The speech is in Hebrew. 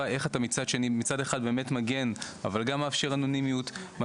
היא תופעה אנושית,